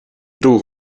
droeg